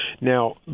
Now